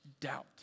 Doubt